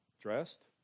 dressed